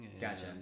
Gotcha